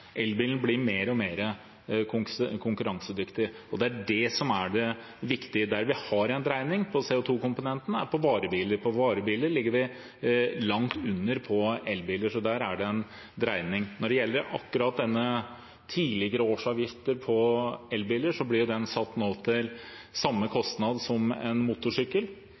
Elbilen blir mer og mer konkurransedyktig, og det er det som er det viktige. Der vi har en dreining på CO 2 -komponenten, er på varebiler. På varebiler ligger vi langt under på elbiler, så der er det en dreining. Når det gjelder den tidligere årsavgiften på elbiler, blir den nå satt til samme kostnad som en motorsykkel,